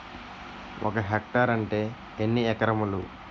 ఒక హెక్టార్ అంటే ఎన్ని ఏకరములు?